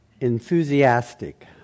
enthusiastic